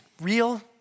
Real